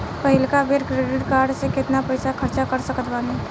पहिलका बेर credit card से केतना पईसा खर्चा कर सकत बानी?